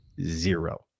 zero